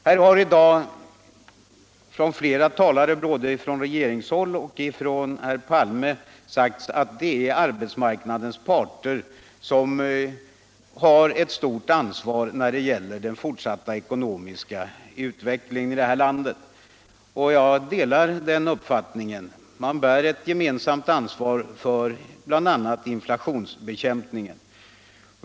Här har i dag av flera talare — både av talare från regeringshåll och av herr Palme — sagts att arbetsmarknadens parter har stort ansvar när det gäller den fortsatta cekonomiska utvecklingen i landet. Jag delar den uppfattningen. Man bär ctt gemensamt ansvar för bl.a. inflationsbekämpningen.